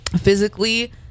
physically